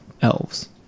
elves